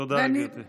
תודה, גברתי.